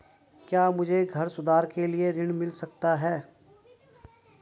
क्या मुझे घर सुधार के लिए ऋण मिल सकता है?